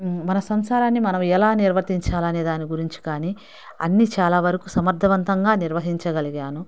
మన సంసారాన్ని మనం ఎలా నిర్వర్తించాలనే దాని గురించి కాని అన్ని చాలా వరకు సమర్థవంతంగా నిర్వహించగలిగాను